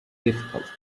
difficult